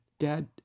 dad